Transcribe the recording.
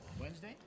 Wednesday